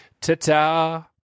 ta-ta